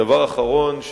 דבר אחרון,